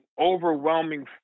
overwhelming